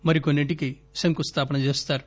మరి కొన్నింటికి శంకుస్థాపన చేస్తారు